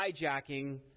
hijacking